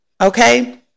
Okay